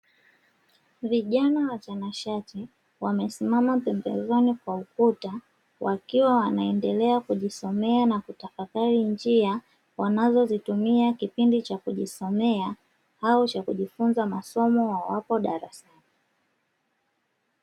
Vijana watanashati wamesimama pembezoni kwa ukuta wakiwa wanaendelea kujisomea na kutafakari njia wanazozitumia kipindi cha kujisomea au cha kujifunza masomo wawapo darasani.